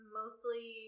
mostly